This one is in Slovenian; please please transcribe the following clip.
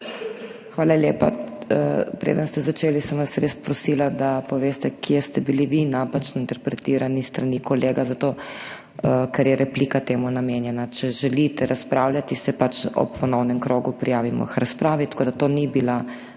Hvala lepa. Preden ste začeli, sem vas res prosila, da poveste, kje ste bili vi napačno interpretirani s strani kolega zato, ker je replika temu namenjena. Če želite razpravljati, se ob ponovnem krogu prijavite k razpravi. Tako da, to ni bila